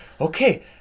okay